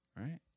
Right